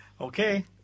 Okay